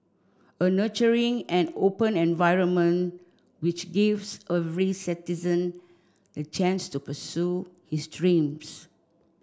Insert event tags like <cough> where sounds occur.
a nurturing and open environment which gives <unintelligible> citizen the chance to pursue his dreams